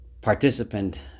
participant